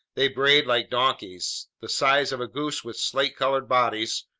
they brayed like donkeys. the size of a goose with slate-colored bodies,